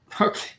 Okay